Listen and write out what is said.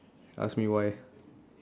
ask me why